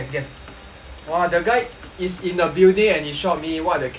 !wah! the guy is in a building and he shot me what a camper